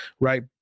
right